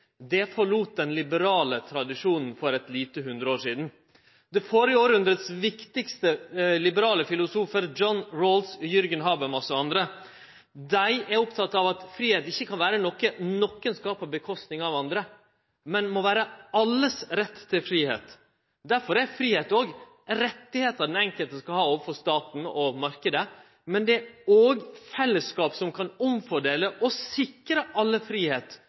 tradisjonen for eit lite hundreår sidan. Det førre hundreårets viktigaste liberale filosofar, John Rawls, Jürgen Habermas og andre, er opptatt av at fridom ikkje kan vere noko som nokon skal ha på kostnad av andre, men må vere alle sin rett til fridom. Derfor er fridom òg ein rett den einskilde skal ha overfor staten og marknaden, men det er òg fellesskap som skal fordele og sikre alle